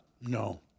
No